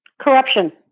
Corruption